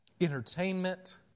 entertainment